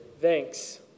thanks